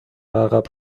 عقب